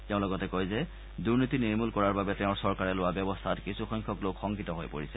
তেওঁ লগতে কয় যে দুৰ্নীতি নিৰ্মূল কৰাৰ বাবে তেওঁৰ চৰকাৰে লোৱা ব্যৱস্থাত কিছু সংখ্যক লোক শংকিত হৈ পৰিছে